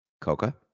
Coca